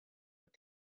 het